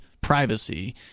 privacy